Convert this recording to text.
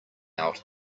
out